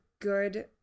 Good